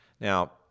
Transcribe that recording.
Now